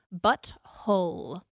butthole